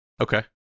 okay